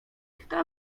kto